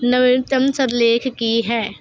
ਨਵੀਨਤਮ ਸਿਰਲੇਖ ਕੀ ਹੈ